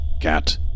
cat